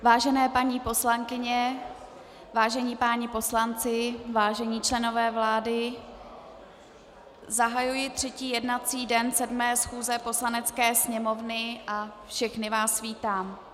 Vážené paní poslankyně, vážení páni poslanci, vážení členové vlády, zahajuji třetí jednací den sedmé schůze Poslanecké sněmovny a všechny vás vítám.